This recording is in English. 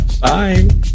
Bye